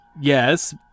yes